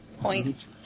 Point